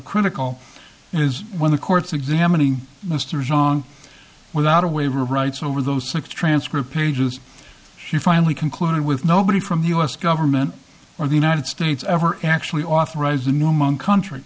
critical is when the court's examining misters wrong without a waiver of rights over those six transcript pages you finally concluded with nobody from the u s government or the united states ever actually authorized the new among country